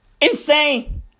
Insane